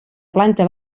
planta